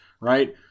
right